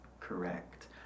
Correct